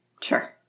Sure